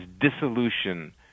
dissolution